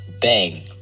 bang